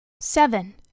Seven